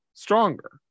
stronger